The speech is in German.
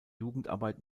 jugendarbeit